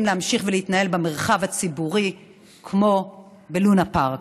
להמשיך ולהתנהל במרחב הציבורי כמו בלונה פארק.